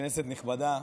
כנסת נכבדה,